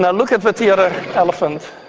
look at what the other elephant.